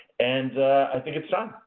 and i think it's time.